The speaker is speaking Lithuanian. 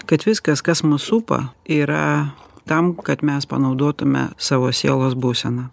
kad viskas kas mus supa yra tam kad mes panaudotume savo sielos būseną